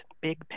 big